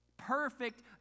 perfect